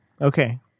Okay